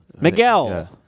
Miguel